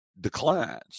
declines